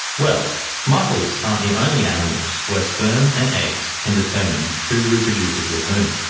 well mussels aren't the only animals where sperm and eggs can determine who reproduces with whom.